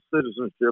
citizenship